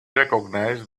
recognize